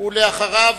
הבא אחריו,